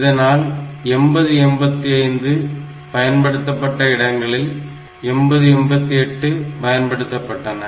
இதனால் 8085 பயன்படுத்தப்பட்ட இடங்களில் 8088 பயன்படுத்தப்பட்டன